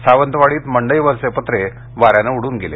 सावंतवाडीत मंडईवरचे पत्रे वाऱ्यान उडून गेले